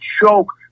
choke